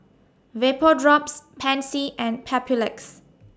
Vapodrops Pansy and Papulex